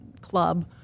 club